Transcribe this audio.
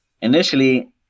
Initially